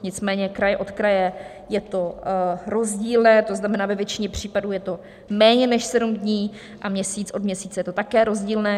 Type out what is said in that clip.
Nicméně kraj od kraje je to rozdílné, to znamená, ve většině případů je to méně než sedm dní a měsíc od měsíce je to také rozdílné.